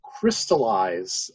crystallize